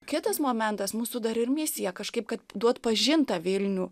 kitas momentas mūsų dar ir misija kažkaip kad duot pažint tą vilnių